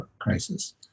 crisis